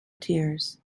tears